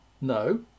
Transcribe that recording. no